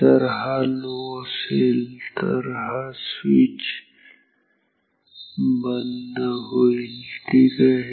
जर हा लो असेल तर हा स्वीच बंद होईल ठीक आहे